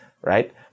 right